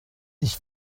ich